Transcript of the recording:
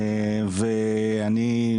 ואני,